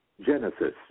Genesis